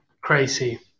crazy